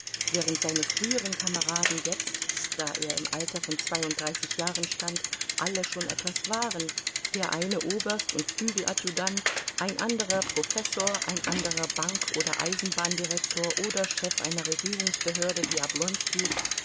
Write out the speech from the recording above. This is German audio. während seine früheren kameraden jetzt da er im alter von zweiunddreißig jahren stand alle schon etwas waren der eine oberst und flügeladjutant ein anderer professor ein anderer bank oder eisenbahndirektor oder chef einer regierungsbehörde wie oblonski